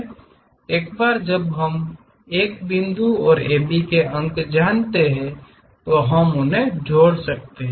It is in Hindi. एक बार जब हम 1 बिंदु और AB अंक जानते हैं तो हम उन्हें जोड़ सकते हैं